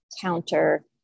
counter